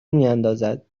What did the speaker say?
میاندازد